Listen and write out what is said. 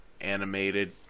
animated